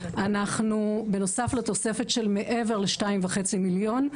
אנחנו בנוסף לתוספת של מעבר לשתיים וחצי מיליון,